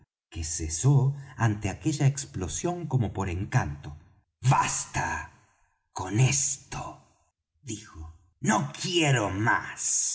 que cesó ante aquella explosión como por encanto basta con esto dijo no quiero más